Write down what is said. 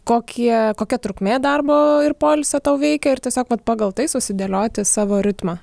kokie kokia trukmė darbo ir poilsio tau veikia ir tiesiog vat pagal tai susidėlioti savo ritmą